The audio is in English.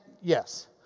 yes